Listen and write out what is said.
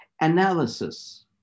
analysis